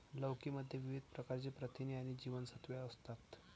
लौकी मध्ये विविध प्रकारची प्रथिने आणि जीवनसत्त्वे असतात